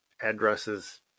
addresses